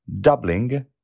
doubling